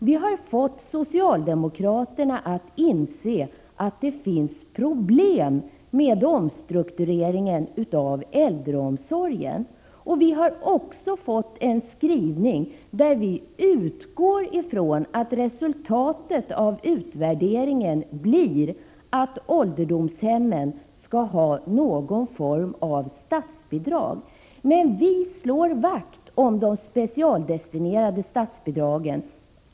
Vi har fått socialdemokraterna att inse att det finns problem med omstruktureringen av äldreomsorgen. Vi har också fått en skrivning där utgångspunkten är att resultatet av utvärderingen blir att ålderdomshemmen skall ha någon form av statsbidrag. Men vi slår vakt om de specialdestinerade statsbidragen.